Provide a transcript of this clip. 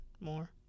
more